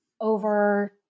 over